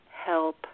help